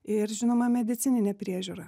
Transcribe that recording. ir žinoma medicininė priežiūra